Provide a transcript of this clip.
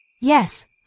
Yes